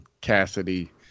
Cassidy